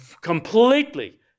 completely